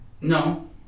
No